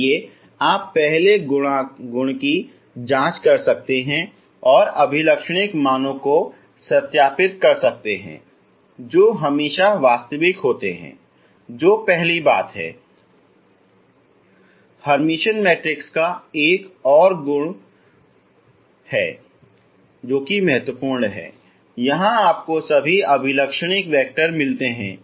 इसलिए आप पहले गुण की जांच कर सकते हैं और अभिलक्षणिक मानों को सत्यापित कर सकते हैं जो हमेशा वास्तविक होते हैं जो पहली बात है हर्मिटियन मैट्रिक्स का एक और गुण दूसरा महत्वपूर्ण गुण है जहां आपको सभी अभिलक्षणिक वैक्टर मिलते हैं